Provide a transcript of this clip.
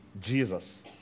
jesus